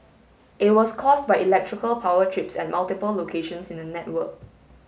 it was caused by electrical power trips at multiple locations in the network